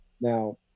now